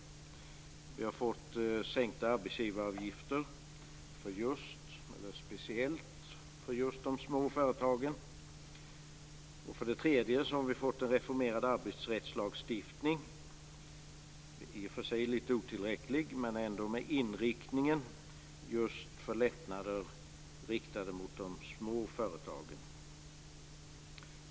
Arbetsgivaravgifterna har sänkts, speciellt för de små företagen. Arbetsrättslagstiftningen har reformerats - i och för sig otillräckligt, men det har ändå inneburit en lättnad för de små företagen.